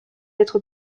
être